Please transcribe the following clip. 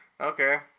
okay